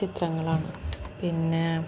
ചിത്രങ്ങളാണ് പിന്നെ